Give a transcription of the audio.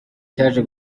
cyaje